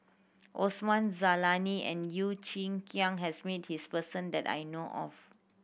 Osman Zailani and Yeo Chee Kiong has met this person that I know of